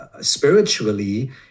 spiritually